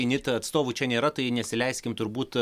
init atstovų čia nėra tai nesileiskim turbūt